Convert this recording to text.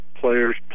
players